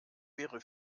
wäre